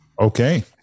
Okay